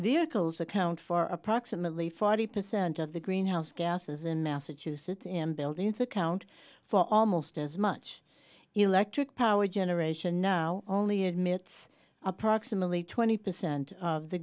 vehicles account for approximately forty percent of the greenhouse gases in massachusetts in buildings account for almost as much electric power generation now only admits approximately twenty percent of the